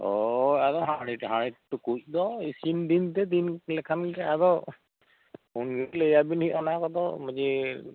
ᱚᱻ ᱦᱟᱺᱰᱤ ᱡᱟᱦᱟᱸᱭ ᱴᱩᱠᱩᱪ ᱫᱚ ᱤᱥᱤᱱ ᱫᱤᱱᱛᱮ ᱫᱤᱱ ᱞᱮᱠᱷᱟᱱ ᱜᱮ ᱟᱫᱚ ᱞᱟᱹᱭ ᱟᱵᱮᱱ ᱦᱩᱭᱩᱜᱼᱟ ᱚᱱᱟ ᱠᱚᱫᱚ ᱡᱮ